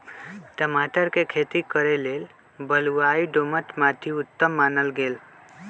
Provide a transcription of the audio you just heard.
टमाटर कें खेती करे लेल बलुआइ दोमट माटि उत्तम मानल गेल